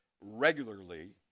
regularly